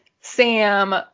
Sam